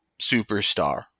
superstar